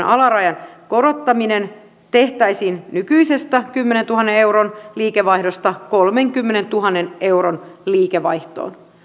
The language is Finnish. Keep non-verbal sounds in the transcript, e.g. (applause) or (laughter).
(unintelligible) alarajan korottaminen tehtäisiin nykyisestä kymmenentuhannen euron liikevaihdosta kolmenkymmenentuhannen euron liikevaihtoon